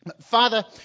Father